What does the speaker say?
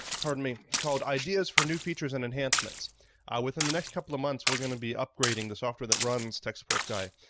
pardon me called ideas for new features and enhancements ah within the next couple of months we're gonna be upgrading the software that runs tech support guy.